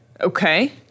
Okay